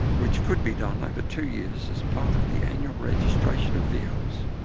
which could be done over two years as part of the annual registration of vehicles.